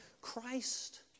Christ